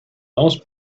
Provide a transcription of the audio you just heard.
those